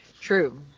True